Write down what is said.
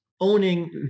owning